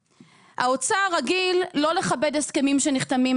האוצר רגיל לא לכבד הסכמי שכר שנחתמים.